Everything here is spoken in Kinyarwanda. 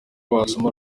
wasoma